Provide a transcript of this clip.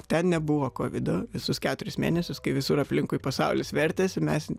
ten nebuvo kovido visus keturis mėnesius kai visur aplinkui pasaulis vertėsi mes